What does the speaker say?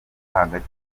hagati